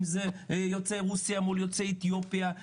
אם זה יוצאי רוסיה מול יוצאי אתיופיה,